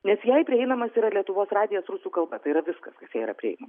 nes jai prieinamas yra lietuvos radijas rusų kalba tai yra viskas kas jai yra prieinama